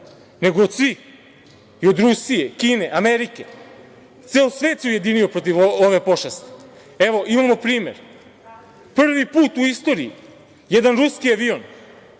nego od svih, i od Rusije, Kine, Amerike, ceo svet se ujedinio protiv ove pošasti. Evo, imamo primer, prvi put u istoriji jedan ruski avion